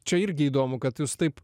čia irgi įdomu kad jūs taip